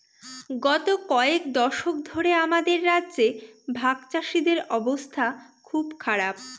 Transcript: গত কয়েক দশক ধরে আমাদের রাজ্যে ভাগচাষীদের অবস্থা খুব খারাপ